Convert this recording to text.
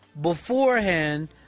beforehand